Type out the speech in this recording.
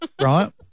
right